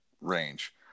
range